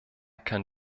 kann